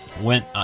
went